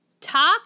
Talk